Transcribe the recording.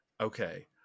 okay